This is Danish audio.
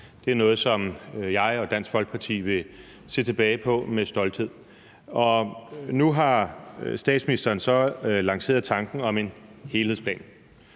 Det er noget, som jeg og Dansk Folkeparti vil se tilbage på med stolthed. Nu har statsministeren så lanceret tanken om en helhedsplan.